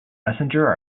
messenger